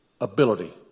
ability